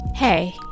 Hey